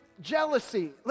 jealousy